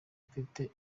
mfite